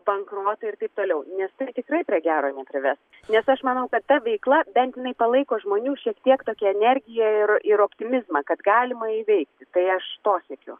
bankrotai ir taip toliau nes tai tikrai prie gero neprives nes aš manau kad ta veikla bent jinai palaiko žmonių šiek tiek tokią energiją ir ir optimizmą kad galima įveikti tai aš to siekiu